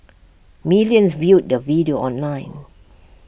millions viewed the video online